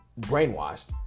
brainwashed